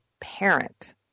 parent